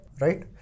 right